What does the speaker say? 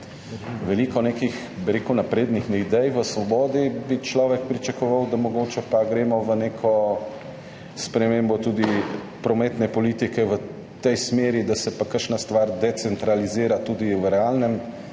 veliko nekih, bi rekel, naprednih idej v Svobodi, bi človek pričakoval, da mogoče pa gremo v neko spremembo tudi prometne politike v tej smeri, da se pa kakšna stvar decentralizira tudi v realnem svetu,